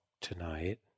tonight